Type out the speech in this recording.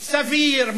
סביר,